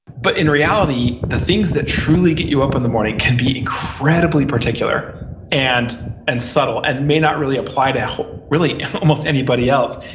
but in reality, the things that truly get you up in the morning can be incredibly particular and and subtle and may not really apply to really almost anybody else.